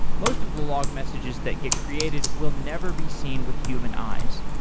most of the log messages that get created will never be seen with human eyes.